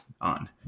on